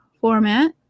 format